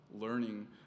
Learning